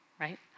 right